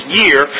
year